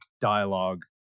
dialogue